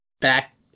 back